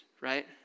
right